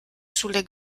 sulle